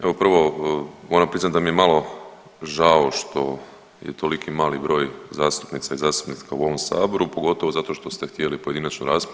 Evo prvo moram priznati da mi je malo žao što je toliki mali broj zastupnica i zastupnika u ovom Saboru pogotovo zato što ste htjeli pojedinačnu raspravu.